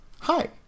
hi